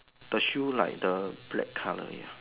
the shoe like the black colour